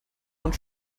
und